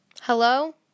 Hello